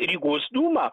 rygos dūma